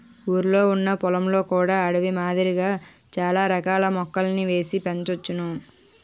ఊరిలొ ఉన్న పొలంలో కూడా అడవి మాదిరిగా చాల రకాల మొక్కలని ఏసి పెంచోచ్చును